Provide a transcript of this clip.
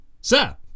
Sir